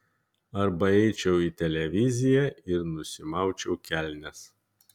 arba eičiau į televiziją ir nusimaučiau kelnes